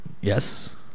yes